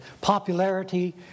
popularity